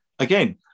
Again